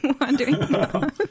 wondering